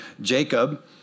Jacob